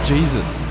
Jesus